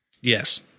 Yes